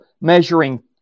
measuring